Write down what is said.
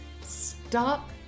stop